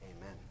Amen